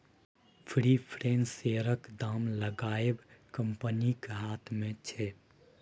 preference शेयरक दाम लगाएब कंपनीक हाथ मे छै